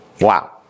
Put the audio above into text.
Wow